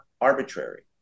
arbitrary